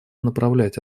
направлять